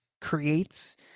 creates